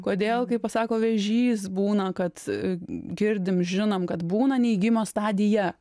kodėl kai pasako vėžys būna kad girdim žinom kad būna neigimo stadija